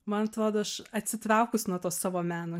man atrodo aš atsitraukus nuo to savo meno